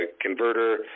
converter